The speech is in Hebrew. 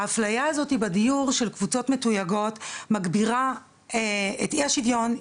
האפליה הזאתי בדיור של קבוצות מתויגות מגבירה את אי השוויון,